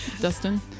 Dustin